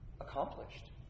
accomplished